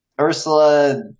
Ursula